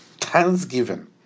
thanksgiving